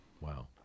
Wow